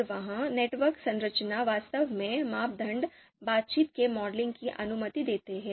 और वह नेटवर्क संरचना वास्तव में मापदंड बातचीत के मॉडलिंग की अनुमति देता है